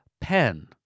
pen